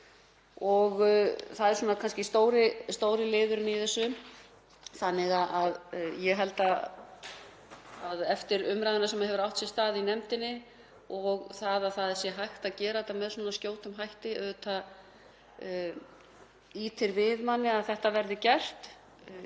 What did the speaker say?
það er kannski stóri liðurinn í þessu. Ég held að eftir umræðuna sem hefur átt sér stað í nefndinni og að það sé hægt að gera þetta með svona skjótum hætti þá ýtir það við manni að þetta verði gert.